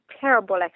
terrible